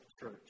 church